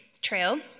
Trail